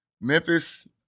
Memphis